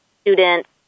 students